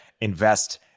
invest